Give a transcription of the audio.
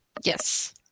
Yes